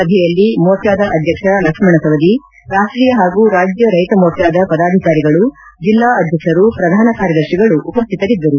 ಸಭೆಯಲ್ಲಿ ಮೋರ್ಚಾದ ಅಧ್ಯಕ್ಷ ಲಕ್ಷ್ಮಣ ಸವದಿ ರಾಷ್ಷೀಯ ಹಾಗೂ ರಾಜ್ಯ ರೈತ ಮೋರ್ಚಾದ ಪದಾಧಿಕಾರಿಗಳು ಜಿಲ್ಲಾ ಅಧ್ಯಕ್ಷರು ಪ್ರಧಾನಕಾರ್ಯದರ್ತಿಗಳು ಉಪಸ್ಥಿತರಿದ್ದರು